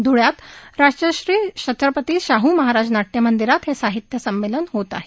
ध्ळयात राजर्षी छत्रपती शाहमहाराज नाट्यमंदिरात हे साहित्य संमेलन होत आहे